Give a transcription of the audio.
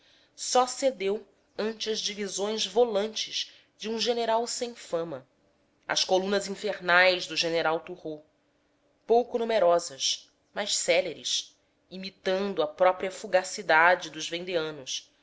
só cedeu ante as divisões volantes de um general sem fama as colunas infernais do general turreau pouco numerosas mas céleres imitando a própria fugacidade dos vendeanos até